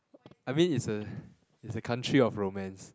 I mean it's a it's a country of romance